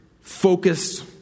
focused